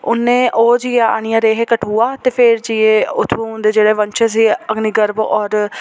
उ'नें ओह् जियां आह्नियै रेह् हे कठुआ ते फिर जाइयै उत्थुआं उं'दे जेह्ड़े वंशज हे अग्निगर्व होर